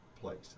place